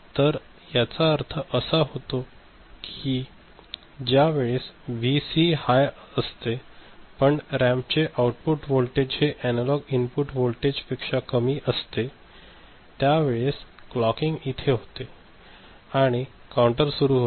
तर याचा अर्थ असा होतो कि ज्या वेळेस व्ही सी हाय असते म्हणजे रॅम्प चे आउटपुट वोल्टेज हे अनालॉग इनपुट वोल्टेज पेक्षा कमी असते त्या वेळेस क्लॉकिंग इथे होते आणि काउंटर सुरु होतो